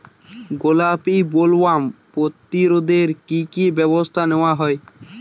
গোলাপী বোলওয়ার্ম প্রতিরোধে কী কী ব্যবস্থা নেওয়া হয়?